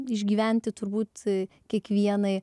išgyventi turbūt kiekvienai